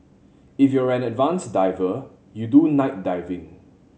if you're an advanced diver you do night diving